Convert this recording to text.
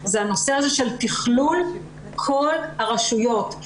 זה הנושא של תכלול כל הרשויות.